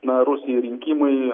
na rusijoj rinkimai